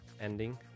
ending